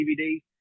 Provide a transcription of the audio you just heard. DVD